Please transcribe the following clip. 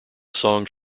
songs